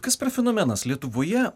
kas per fenomenas lietuvoje